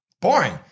Boring